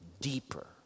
Deeper